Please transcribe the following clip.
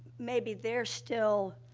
maybe, they're still,